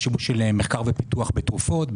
לשימוש שלהם במחקר ופיתוח בתרופות,